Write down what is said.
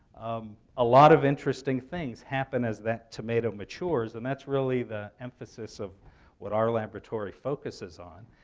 um a lot of interesting things happen as that tomato matures, and that's really the emphasis of what our laboratory focuses on.